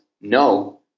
no